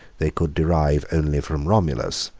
they could derive only from romulus,